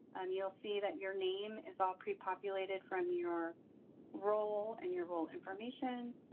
you'll see that your name is all pre-populated from your role and your role information.